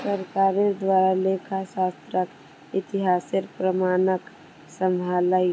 सरकारेर द्वारे लेखा शास्त्रक इतिहासेर प्रमाणक सम्भलई